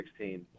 2016